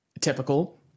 typical